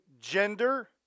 gender